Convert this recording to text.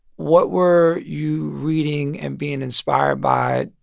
what were you reading and being inspired by?